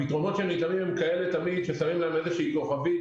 הפתרונות שמתלווים הם כאלה תמיד ששמים עליהם איזושהי כוכבית,